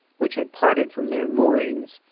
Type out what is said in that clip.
which had parted from their moorings,